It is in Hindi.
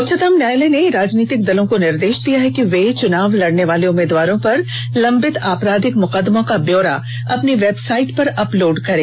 उच्चतम न्यायालय ने राजनीतिक दलों को निर्देश दिया है कि वे चुनाव लड़ने वाले उम्मीदवारों पर लम्बित आपराधिक मुकदमों का ब्यौरा अपनी वेबसाइट पर अपलोड करें